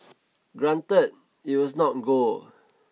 granted it was not gold